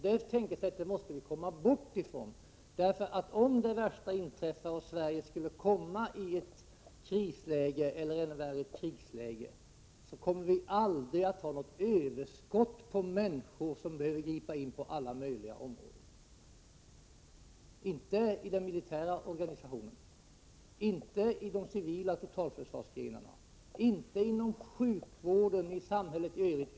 Det tänkesättet måste vi komma bort ifrån, för om det värsta skulle inträffa och Sverige skulle komma i ett krisläge eller — ännu värre — ett krigsläge, så kommer vi absolut inte att ha något överskott av människor som behöver gripa in på alla möjliga områden — inte i den militära organisationen, inte i de civila totalförsvarsgrenarna, inte inom sjukvården och inte i samhället i övrigt.